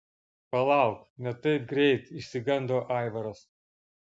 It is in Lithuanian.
palauk ne taip greit išsigando aivaras